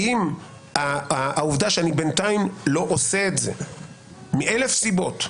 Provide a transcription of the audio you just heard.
האם העובדה שאני בינתיים לא עושה את זה מאלף סיבות,